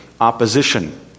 opposition